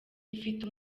ifite